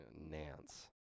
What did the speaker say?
Nance